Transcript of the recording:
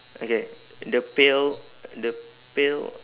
okay the pail the pail